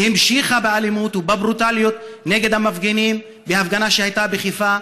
והמשיכה באלימות ובברוטליות נגד המפגינים בהפגנה שהייתה בחיפה,